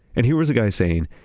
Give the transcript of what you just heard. and he was the guy saying,